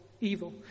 evil